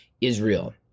Israel